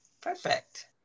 Perfect